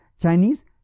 Chinese